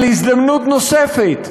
על הזדמנות נוספת,